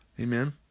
Amen